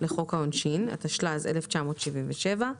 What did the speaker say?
לחוק העונשין, התשל"ז 1977,